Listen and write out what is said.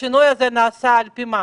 השינוי הזה נעשה על-פי מה?